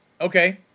okay